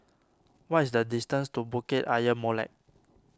what is the distance to Bukit Ayer Molek